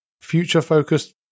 future-focused